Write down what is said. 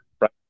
right